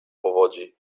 powodzi